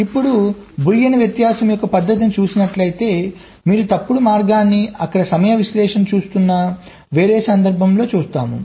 ఇప్పుడు బూలియన్ వ్యత్యాసం యొక్క పద్ధతిని చూసినట్లయితే మీరు తప్పుడు మార్గాన్ని అక్కడ సమయ విశ్లేషణను చూస్తున్న వేరే సందర్భంలో చూస్తాము